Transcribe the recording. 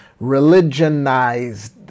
religionized